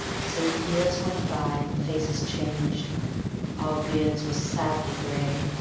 so years went by, and faces changed our beards were sadly gray,